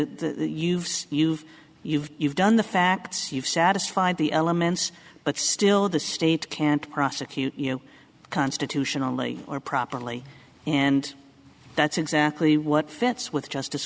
you've you've you've you've done the facts you've satisfied the elements but still the state can't prosecute you constitutionally or properly and that's exactly what fits with justice